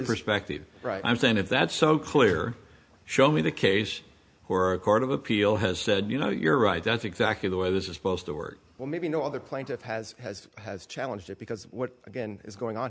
perspective right i'm saying if that's so clear show me the case who are court of appeal has said you know you're right that's exactly the way this is supposed to work well maybe no other plaintiff has has has challenged it because what again is going on